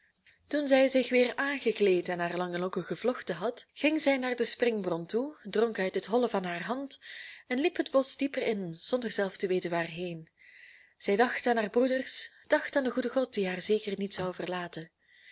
toen zij zich weer aangekleed en haar lange lokken gevlochten had ging zij naar de springbron toe dronk uit het holle van haar hand en liep het bosch dieper in zonder zelf te weten waarheen zij dacht aan haar broeders dacht aan den goeden god die haar zeker niet zou verlaten